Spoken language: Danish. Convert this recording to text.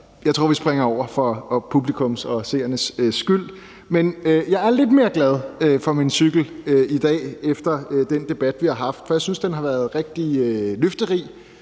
jeg tror, vi springer over for publikums og seernes skyld. Men jeg er lidt mere glad for min cykel i dag efter den debat, vi har haft, for jeg synes, den har været rigtig løfterig.